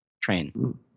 Train